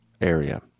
area